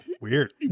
Weird